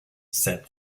said